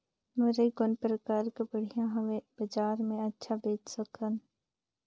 मुरई कौन प्रकार कर बढ़िया हवय? बजार मे अच्छा बेच सकन